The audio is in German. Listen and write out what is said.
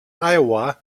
iowa